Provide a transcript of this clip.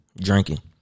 drinking